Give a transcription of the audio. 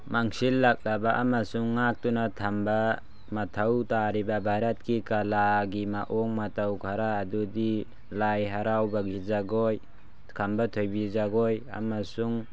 ꯃꯥꯡꯁꯤꯜꯂꯛꯂꯕ ꯑꯃꯁꯨꯡ ꯉꯥꯛꯇꯨꯅ ꯊꯝꯕ ꯃꯊꯧ ꯇꯥꯔꯤꯕ ꯚꯥꯔꯠꯀꯤ ꯀꯂꯥꯒꯤ ꯃꯑꯣꯡ ꯃꯇꯧ ꯈꯔ ꯑꯗꯨꯗꯤ ꯂꯥꯏ ꯍꯔꯥꯎꯕꯒꯤ ꯖꯒꯣꯏ ꯈꯝꯕ ꯊꯣꯏꯕꯤ ꯖꯒꯣꯏ ꯑꯃꯁꯨꯡ